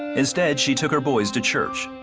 instead, she took her boys to church.